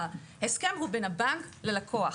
ההסכם הוא בין הבנק ללקוח.